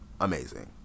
amazing